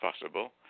possible